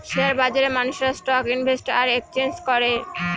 share বাজারে মানুষেরা stock invest আর এক্সচেঞ্জ করে